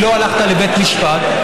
כי לא הלכת לבית משפט,